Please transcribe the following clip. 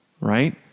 Right